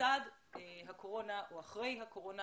לצד הקורונה או אחרי הקורונה.